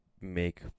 make